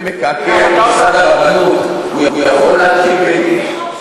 שמקעקע את מוסד הרבנות יכול להקים בית-דין,